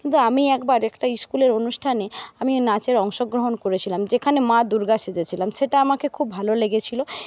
কিন্তু আমি একবার একটা ইস্কুলের অনুষ্ঠানে আমি নাচের অংশগ্রহণ করেছিলাম যেখানে মা দুর্গা সেজেছিলাম সেটা আমাকে খুব ভালো লেগেছিল